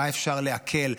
מה אפשר להקל,